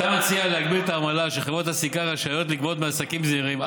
אתה מציע להגביל את העמלה שחברות הסליקה רשאיות לגבות מעסקים זעירים,